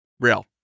Real